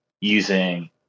using